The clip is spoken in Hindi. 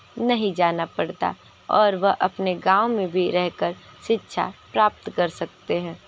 नहीं जाना पड़ता और वह अपने गाँव में भी रह कर शिक्षा प्राप्त कर सकते हैं